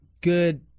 good